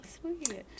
sweet